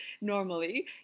normally